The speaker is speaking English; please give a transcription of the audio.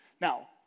now